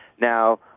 Now